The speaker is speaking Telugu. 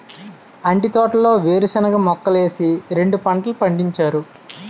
అంటి తోటలో వేరుశనగ మొక్కలేసి రెండు పంటలు పండించారు